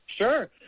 sure